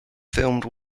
filmed